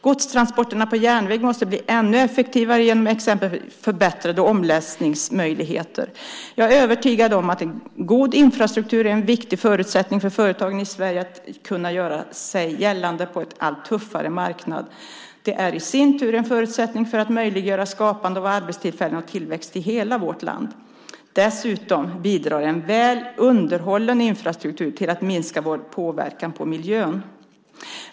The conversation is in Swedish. Godstransporterna på järnväg måste bli ännu effektivare genom exempelvis förbättrade omlastningsmöjligheter. Jag är övertygad om att en god infrastruktur är en viktig förutsättning för företagen i Sverige att kunna göra sig gällande på en allt tuffare marknad. Det är i sin tur en förutsättning för att möjliggöra skapande av arbetstillfällen och tillväxt i hela vårt land. Dessutom bidrar en väl underhållen infrastruktur till att minska vår påverkan på miljön.